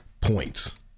points